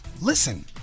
listen